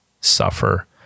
suffer